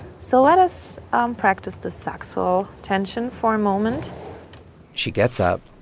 so let us um practice the sexual tension for a moment she gets up,